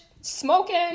smoking